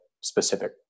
specific